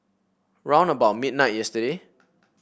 round about midnight yesterday